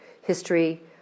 history